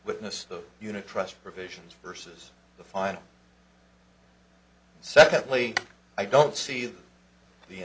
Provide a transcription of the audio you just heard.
witness the unit trust provisions versus the final secondly i don't see th